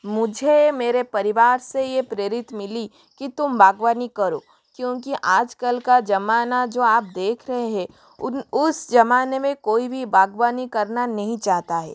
मुझे मेरे परिवार से ये प्रेरित मिली कि तुम बागवानी करो क्योंकि आजकल का जमाना जो आप देख रहे है उन उस जमाने में कोई भी बागवानी करना नहीं चाहता है